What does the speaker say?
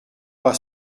pas